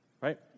right